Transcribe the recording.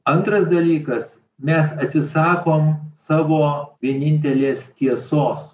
antras dalykas mes atsisakom savo vienintelės tiesos